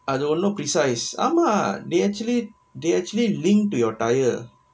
அது இன்னும்:athu innum precise ஆமா:aamaa they actually they actually linked to your tyre